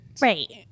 Right